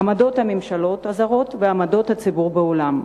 עמדות הממשלות הזרות ועמדות הציבור בעולם.